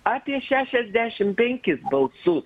apie šešiasdešim penkis balsus